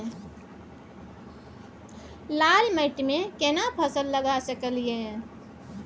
लाल माटी में केना फसल लगा सकलिए?